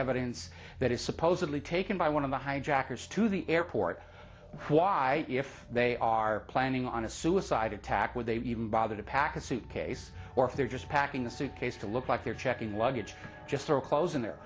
evidence that is supposedly taken by one of the hijackers to the airport why if they are planning on a suicide attack were they even bother to pack a suitcase or if they just packing a suitcase to look like they're checking luggage just throw clothes in there